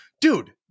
dude